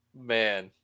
Man